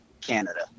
Canada